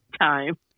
time